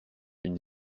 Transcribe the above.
une